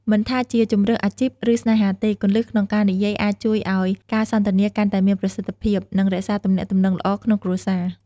មិនថាជាជម្រើសអាជីព ឬស្នេហាទេ គន្លឹះក្នុងការនិយាយអាចជួយឱ្យការសន្ទនាកាន់តែមានប្រសិទ្ធភាព និងរក្សាទំនាក់ទំនងល្អក្នុងគ្រួសារ។